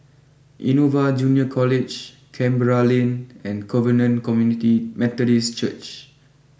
Innova Junior College Canberra Lane and Covenant Community Methodist Church